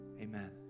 Amen